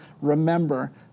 remember